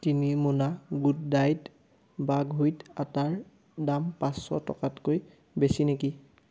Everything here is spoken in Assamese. তিনি মোনা গুড ডায়েট বাকহুইট আটাৰ দাম পাঁচশ টকাতকৈ বেছি নেকি